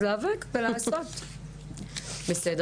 משרד